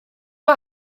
dro